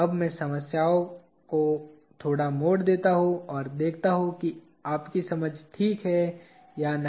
अब मैं समस्या को थोड़ा मोड़ देता हूं और देखता हूं कि आपकी समझ ठीक है या नहीं